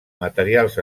materials